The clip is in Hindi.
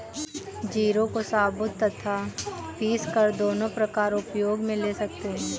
जीरे को साबुत तथा पीसकर दोनों प्रकार उपयोग मे ले सकते हैं